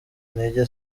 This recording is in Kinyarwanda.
intege